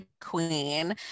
queen